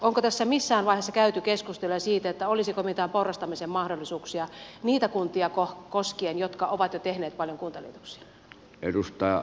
onko tässä missään vaiheessa käyty keskustelua siitä olisiko mitään porrastamisen mahdollisuuksia niitä kuntia koskien jotka ovat jo tehneet paljon kuntaliitoksia